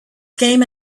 came